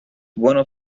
one